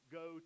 go